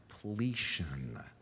completion